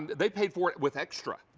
they paid for it with extra.